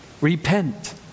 Repent